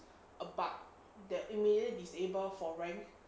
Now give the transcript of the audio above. a bug they'll immediately disable for rank